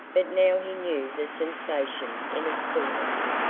but now he knew the sensation in its fulness,